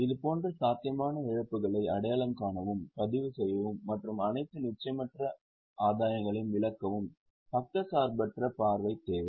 இதுபோன்ற சாத்தியமான இழப்புகளை அடையாளம் காணவும் பதிவு செய்யவும் மற்றும் அனைத்து நிச்சயமற்ற ஆதாயங்களையும் விலக்கவும் பக்கச்சார்பற்ற பார்வை தேவை